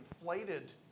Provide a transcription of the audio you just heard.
inflated